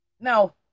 Now